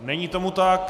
Není tomu tak.